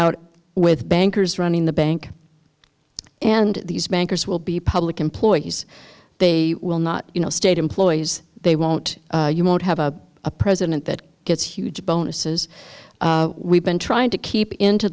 out with bankers running the bank and these bankers will be public employees they will not you know state employees they won't you won't have a president that gets huge bonuses we've been trying to keep into